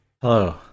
Hello